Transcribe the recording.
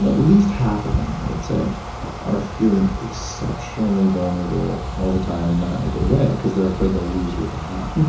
but least half of them i would say are feeling exceptionally vulnerable all the time and not in a good way because they're afraid to lose what they have.